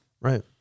Right